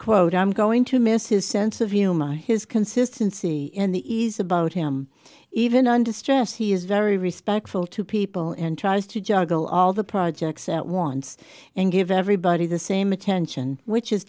quote i'm going to miss his sense of humor his consistency in the ease about him even under stress he is very respectful to people and tries to juggle all the projects at once and give everybody the same attention which is